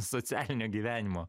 socialinio gyvenimo